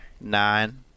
Nine